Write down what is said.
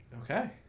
Okay